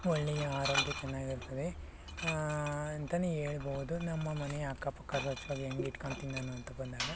ಒಳ್ಳೆಯ ಆರೋಗ್ಯ ಚೆನ್ನಾಗಿರ್ತದೆ ಅಂತಲೇ ಹೇಳ್ಬಹುದು ನಮ್ಮ ಮನೆಯ ಅಕ್ಕಪಕ್ಕ ಸ್ವಚ್ಛವಾಗಿ ಹೆಂಗೆ ಇಟ್ಕೊಂಳ್ತೀನಿ ನಾನು ಅಂತ ಬಂದಾಗ